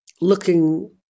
looking